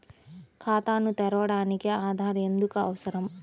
ఖాతాను తెరవడానికి ఆధార్ ఎందుకు అవసరం?